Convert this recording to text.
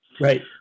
Right